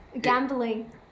gambling